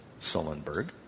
Sullenberg